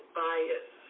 bias